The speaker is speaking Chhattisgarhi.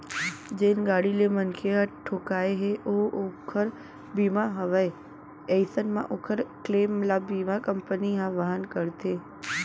जेन गाड़ी ले मनखे ह ठोंकाय हे अउ ओकर बीमा हवय अइसन म ओकर क्लेम ल बीमा कंपनी ह वहन करथे